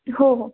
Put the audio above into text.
हो हो